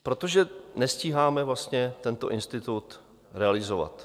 Protože nestíháme vlastně tento institut realizovat.